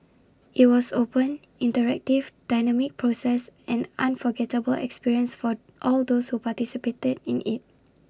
IT was open interactive dynamic process an unforgettable experience for all those who participated in IT